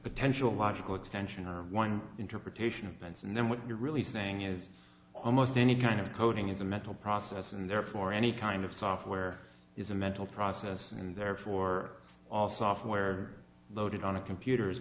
potential logical extension one interpretation of events and then what you're really saying is almost any kind of coding is a mental process and therefore any kind of software is a mental process and therefore all software loaded on a computer